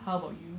how about you